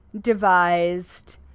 devised